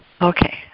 Okay